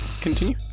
Continue